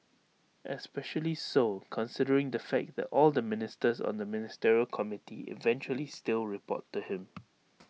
especially so considering the fact that all the ministers on the ministerial committee eventually still report to him